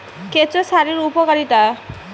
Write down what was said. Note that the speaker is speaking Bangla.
কেঁচো সারের উপকারিতা?